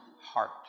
heart